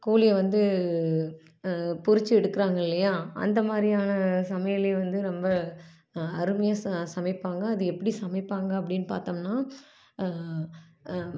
கோழியை வந்து பொரிச்சு எடுக்கிறாங்க இல்லையா அந்த மாதிரியான சமையலேயும் வந்து ரொம்ப அருமையாக ச சமைப்பாங்க அதை எப்படி சமைப்பாங்க அப்படின்னு பார்த்தோம்னா